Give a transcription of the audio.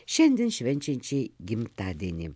šiandien švenčiančiai gimtadienį